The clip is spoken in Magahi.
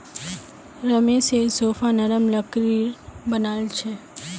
रमेशेर सोफा नरम लकड़ीर बनाल छ